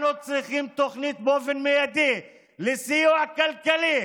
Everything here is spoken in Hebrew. אנחנו צריכים תוכנית באופן מיידי לסיוע כלכלי